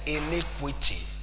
iniquity